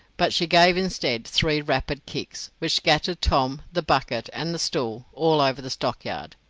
but she gave instead three rapid kicks, which scattered tom, the bucket, and the stool all over the stockyard.